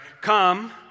Come